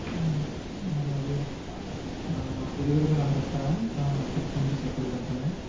అదే delivery boy number ఇస్తారా అతను ఫోన్ చేసి చెప్పలేదు అతనే